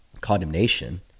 condemnation